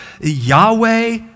Yahweh